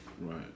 Right